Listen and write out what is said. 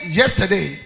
yesterday